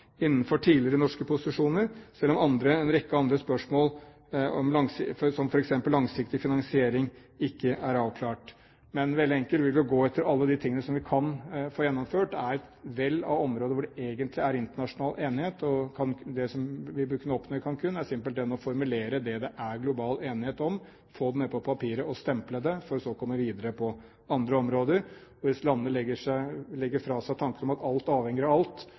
en rekke andre spørsmål, som f.eks. langsiktig finansiering, ikke er avklart. Veldig enkelt vil vi gå etter alt vi kan få gjennomført, for det er et vell av områder hvor det egentlig er internasjonal enighet. Det vi bør kunne oppnå i Cancún, er simpelthen å formulere det det er global enighet om, få det ned på papiret og stemple det, for så å komme videre på andre områder. Hvis landene legger fra seg tanken om at alt avhenger av alt,